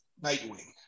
Nightwing